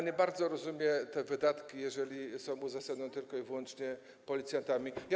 Nie bardzo rozumiem te wydatki, jeżeli są uzasadnione tylko i wyłącznie kwestią policjantów.